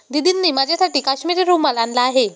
दीदींनी माझ्यासाठी काश्मिरी रुमाल आणला आहे